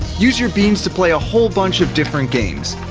use your beanz to play a whole bunch of different games.